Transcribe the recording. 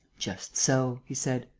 just so, he said.